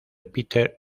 peter